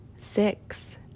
six